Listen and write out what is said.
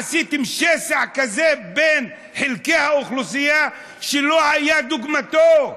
עשיתם שסע כזה בין חלקי האוכלוסייה שלא היה דוגמתו.